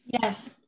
Yes